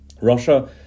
Russia